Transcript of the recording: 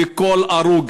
וכל הרוג,